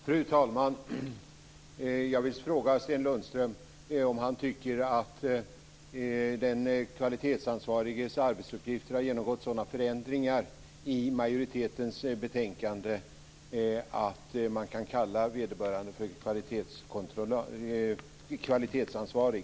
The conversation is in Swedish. Fru talman! Jag vill fråga Sten Lundström om han tycker att den kvalitetsansvariges arbetsuppgifter har genomgått sådana förändringar i majoritetens betänkande att man kan kalla vederbörande för kvalitetsansvarig.